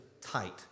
tight